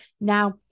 Now